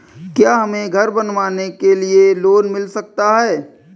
क्या हमें घर बनवाने के लिए लोन मिल सकता है?